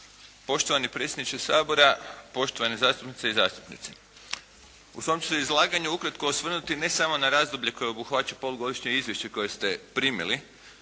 poštovani predsjedniče Sabora, poštovani zastupnice i zastupnici. U svom ću se izlaganju ukratko osvrnuti ne samo na razdoblje koje obuhvaća polugodišnje izvješće koje ste primili,